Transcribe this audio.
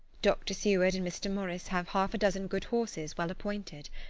dr. seward and mr. morris have half a dozen good horses, well appointed.